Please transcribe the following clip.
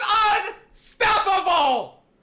unstoppable